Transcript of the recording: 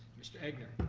mr. egnor? i